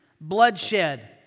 bloodshed